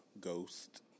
Ghost